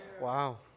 wow